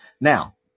Now